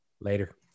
Later